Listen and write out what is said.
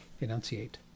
Enunciate